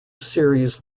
series